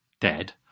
dead